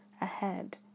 ahead